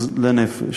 לנפש.